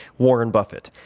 warren buffet,